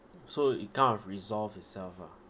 so it kind of resolve itself ah